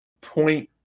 point